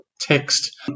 text